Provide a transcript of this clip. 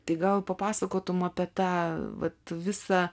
tai gal papasakotum apie tą vat visą